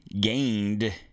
gained